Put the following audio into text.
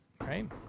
Right